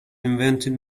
invented